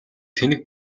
тэнэг